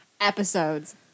episodes